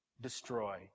destroy